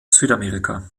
südamerika